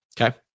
Okay